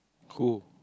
who